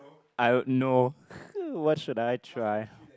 I don't know what should I try